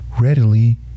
readily